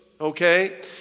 Okay